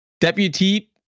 Deputy